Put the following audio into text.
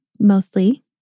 mostly